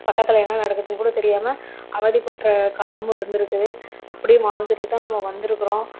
பக்கத்தில் என்ன நடக்குதுன்னு கூட தெரியாமல் அவதிப்பட்ற காலமும் இருந்துருக்குது அப்படியும் வாழ்ந்துட்டு தான் நம்ப வந்துருக்கிறோம்